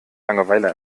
langeweile